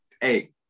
Hey